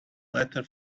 letter